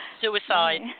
Suicide